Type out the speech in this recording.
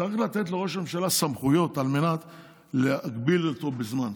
צריך לתת לראש הממשלה סמכויות על מנת להגביל אותו בזמן.